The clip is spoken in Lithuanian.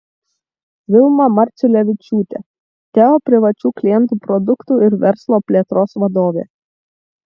vilma marciulevičiūtė teo privačių klientų produktų ir verslo plėtros vadovė